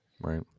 right